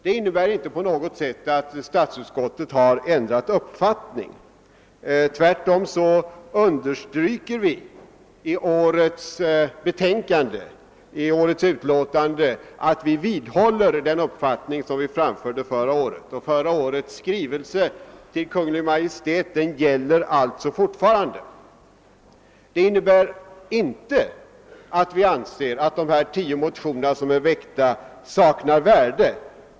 Det innebär inte på något sätt att statsutskottet ändrat uppfattning. Tvärtom understryker vi i årets utlåtande att vi vidhåller den uppfattning som vi framförde förra året; förra årets skrivelse till Kungl. Maj:t gäller alltså fortfarande. Vårt avstyrkande betyder inte att vi anser att dessa tio motioner saknar värde.